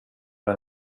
jag